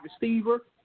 receiver